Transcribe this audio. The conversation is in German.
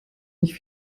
nicht